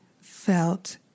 felt